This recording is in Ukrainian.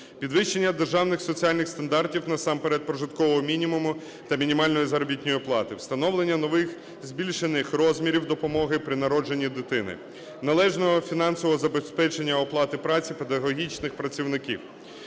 підвищення державних соціальних стандартів, насамперед прожиткового мінімуму та мінімальної заробітної плати, встановлення нових збільшених розмірів допомоги при народженні дитини, належного фінансового забезпечення оплати праці педагогічних працівників.